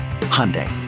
Hyundai